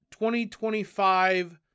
2025 –